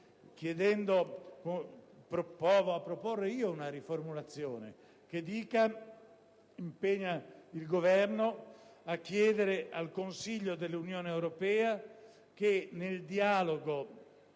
punto provo a proporre una riformulazione: si potrebbe impegnare il Governo a chiedere al Consiglio dell'Unione europea che nel dialogo